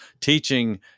teaching